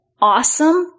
awesome